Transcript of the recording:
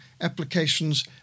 applications